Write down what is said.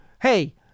hey